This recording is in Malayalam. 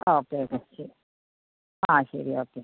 ആ ഓക്കെ ഓക്കെ ശരി ആ ശരി ഓക്കെ